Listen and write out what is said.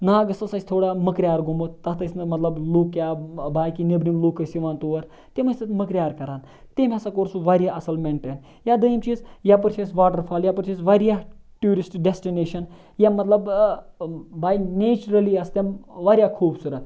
ناگَس اوس اَسہِ تھوڑا مٔکریٛار گوٚمُت تَتھ ٲسۍ نہٕ مطلب لُکھ یا باقی نیٚبرِم لُکھ ٲسۍ یِوان تور تِم ٲسۍ تَتہِ مٔکریٛار کَران تٔمۍ ہَسا کوٚر سُہ واریاہ اَصٕل مٮ۪نٹین یا دوٚیِم چیٖز یَپٲرۍ چھِ اَسہِ واٹَر فال یَپٲرۍ چھِ اَسہِ واریاہ ٹیوٗرِسٹ ڈٮ۪سٹٔنیشَن یا مطلب بَے نیچرٔلی آسہٕ تِم واریاہ خوٗبصوٗرت